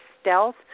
stealth